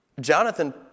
Jonathan